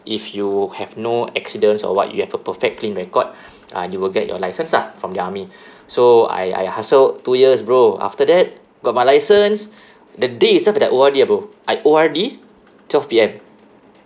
if you have no accidents or [what] you have a perfect clean record uh you will get your license lah from the army so I I hustled two years bro after that got my license the day itself is like O_R_D ah bro I O_R_D twelve P_M